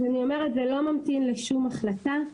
אז אני אומרת, זה לא ממתין לשום החלטה.